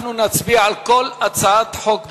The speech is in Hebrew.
אנחנו נצביע על כל הצעת חוק בנפרד.